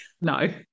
No